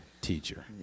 teacher